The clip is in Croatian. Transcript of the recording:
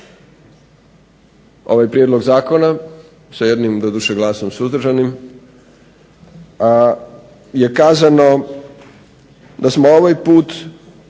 ovaj prijedlog zakona sa jednim doduše glasom suzdržanim, je kazano da smo ovaj put